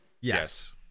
Yes